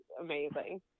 amazing